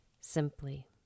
simply